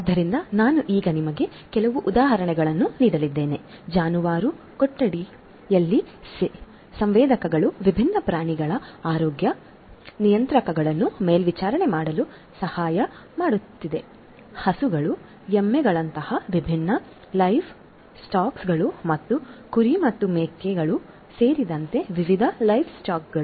ಆದ್ದರಿಂದ ನಾನು ಈಗ ನಿಮಗೆ ಕೆಲವು ಉದಾಹರಣೆಗಳನ್ನು ನೀಡಲಿದ್ದೇನೆ ಜಾನುವಾರು ಕೊಟ್ಟಿಗೆಯಲ್ಲಿ ಸಂವೇದಕಗಳು ವಿಭಿನ್ನ ಪ್ರಾಣಿಗಳ ಆರೋಗ್ಯ ನಿಯತಾಂಕಗಳನ್ನು ಮೇಲ್ವಿಚಾರಣೆ ಮಾಡಲು ಸಹಾಯ ಮಾಡುತ್ತದೆ ಹಸುಗಳು ಎಮ್ಮೆಗಳಂತಹ ವಿಭಿನ್ನ ಲೈವ್ ಸ್ಟಾಕ್ಗಳು ಮತ್ತು ಕುರಿ ಮತ್ತು ಮೇಕೆಗಳು ಸೇರಿದಂತೆ ವಿವಿಧ ಲೈವ್ ಸ್ಟಾಕ್ಗಳು